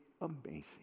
amazing